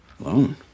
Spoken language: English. Alone